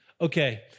Okay